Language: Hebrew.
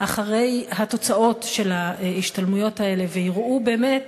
אחרי התוצאות של ההשתלמויות האלה ויראו באמת